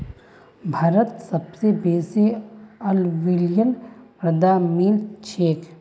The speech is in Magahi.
भारतत सबस बेसी अलूवियल मृदा मिल छेक